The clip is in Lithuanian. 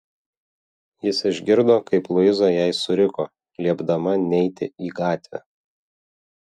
jis išgirdo kaip luiza jai suriko liepdama neiti į gatvę